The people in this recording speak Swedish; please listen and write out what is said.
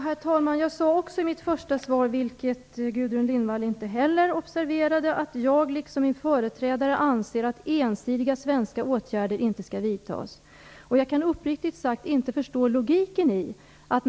Herr talman! Jag sade också i mitt svar, vilket Gudrun Lindvall inte heller observerade, att jag liksom min företrädare anser att ensidiga svenska åtgärder inte skall vidtas. Jag kan uppriktigt sagt inte förstå logiken i detta.